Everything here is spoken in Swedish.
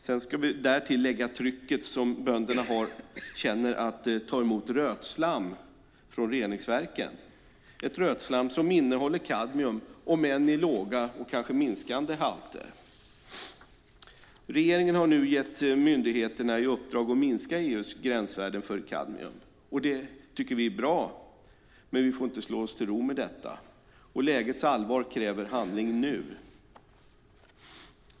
Därtill ska vi lägga trycket på bönderna att ta emot rötslam från reningsverken - ett rötslam som innehåller kadmium om än i låga och kanske minskande halter. Regeringen har nu gett myndigheterna i uppdrag att minska EU:s gränsvärden för kadmium. Det är bra, men vi får inte slå oss till ro med detta. Lägets allvar kräver handling nu.